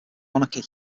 monarchy